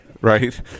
right